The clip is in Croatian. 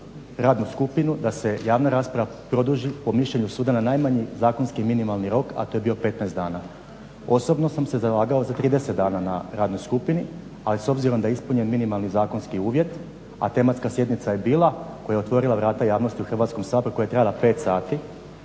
radnu skupinu da se javna rasprava produži po mišljenju suda na najmanji zakonski minimalni rok, a to je bio 15 dana. Osobno sam se zalagao za 30 dana na radnoj skupini, ali s obzirom da je ispunjen minimalni zakonski uvjet a tematska sjednica je bila koja je otvorila vrata javnosti u Hrvatskom saboru i koja je trajala 5 sati